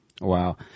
Wow